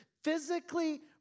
physically